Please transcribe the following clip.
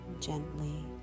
gently